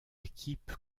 équipe